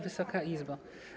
Wysoka Izbo!